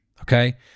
Okay